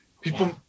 People